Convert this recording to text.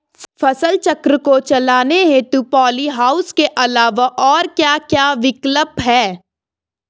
फसल चक्र को चलाने हेतु पॉली हाउस के अलावा और क्या क्या विकल्प हैं?